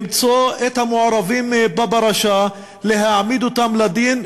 למצוא את המעורבים בפרשה, להעמיד אותם לדין.